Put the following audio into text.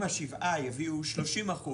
אם השבעה יביאו 30%,